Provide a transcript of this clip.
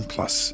Plus